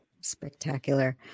Spectacular